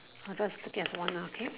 I just take it as one lah okay